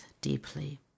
deeply